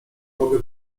mogę